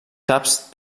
caps